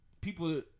people